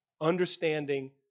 Understanding